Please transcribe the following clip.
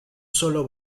solo